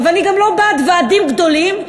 ואני גם לא בעד ועדים גדולים,